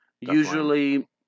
Usually